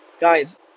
Guys